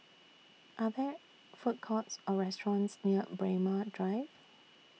Are There Food Courts Or restaurants near Braemar Drive